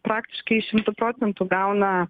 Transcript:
praktiškai šimtu procentų gauna